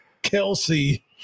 Kelsey